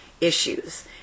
issues